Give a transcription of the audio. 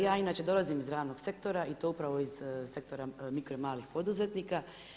Ja inače dolazim iz realnog sektora i to upravo iz sektora mikro i malih poduzetnika.